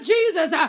Jesus